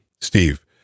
Steve